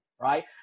right